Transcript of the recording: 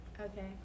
Okay